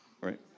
Right